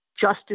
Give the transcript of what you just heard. justice